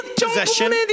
possession